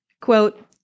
Quote